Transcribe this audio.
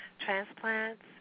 transplants